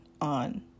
on